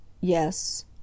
Yes